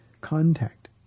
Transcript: contact